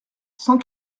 cent